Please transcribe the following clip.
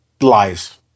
lies